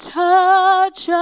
touch